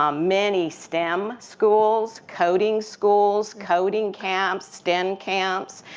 um many stem schools, coding schools, coding camps, stem camps.